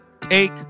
Take